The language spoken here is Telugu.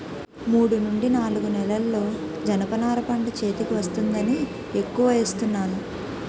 మూడు నుండి నాలుగు నెలల్లో జనప నార పంట చేతికి వచ్చేస్తుందని ఎక్కువ ఏస్తున్నాను